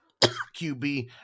qb